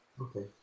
Okay